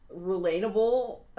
relatable